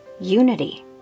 Unity